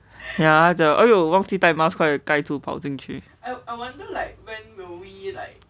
ya 她讲:tae jiang !aiyo! 忘记带 mask 快点盖住跑进去